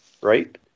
right